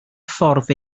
ffordd